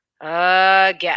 Again